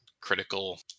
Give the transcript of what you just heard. critical